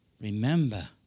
remember